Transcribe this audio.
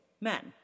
men